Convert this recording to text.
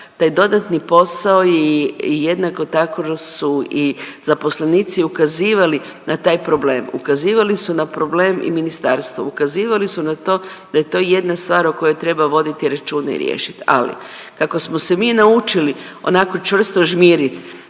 Taj dodatni posao i jednako tako su i zaposlenici ukazivali na taj problem. Ukazivali su na problem i ministarstvu, ukazivali su na to da je to jedna stvar o kojoj treba voditi računa i riješiti, ali kako smo se mi naučili onako čvrsto žmirit